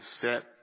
set